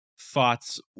thoughts